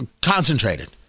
concentrated